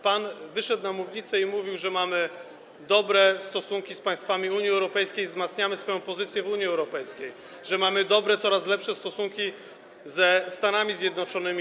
Pan wyszedł na mównicę i mówił, że mamy dobre stosunki z państwami Unii Europejskiej, że wzmacniamy swoją pozycję w Unii Europejskiej, że mamy dobre, coraz lepsze stosunki ze Stanami Zjednoczonymi.